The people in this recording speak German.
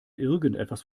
irgendwas